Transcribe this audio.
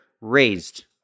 raised